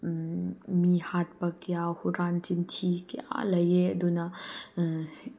ꯃꯤ ꯍꯥꯠꯄ ꯀꯌꯥ ꯍꯨꯔꯥꯟ ꯆꯤꯟꯊꯤ ꯀꯌꯥ ꯂꯩꯌꯦ ꯑꯗꯨꯅ